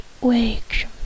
wake